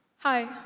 Hi